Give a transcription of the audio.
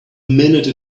minute